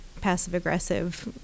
passive-aggressive